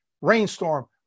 rainstorm